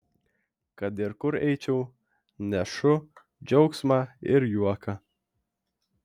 kad ir kur eičiau nešu džiaugsmą ir juoką